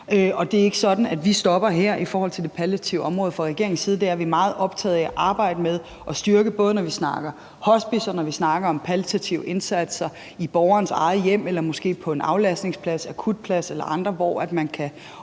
Det er ikke sådan, at vi stopper her i forhold til det palliative område fra regeringens side. Det er vi meget optaget af at arbejde med og styrke, både når vi snakker om hospicer, og når vi snakker om palliative indsatser i borgerens eget hjem eller måske på en aflastningsplads, akutplads eller andre steder, hvor man kan